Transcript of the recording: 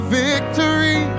victory